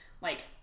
like-